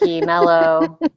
mellow